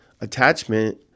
attachment